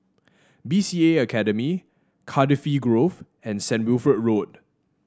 B C A Academy Cardifi Grove and Saint Wilfred Road